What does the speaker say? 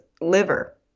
liver